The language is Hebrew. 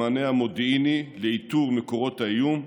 במענה המודיעיני לאיתור מקורות האיום,